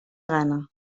gana